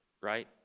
right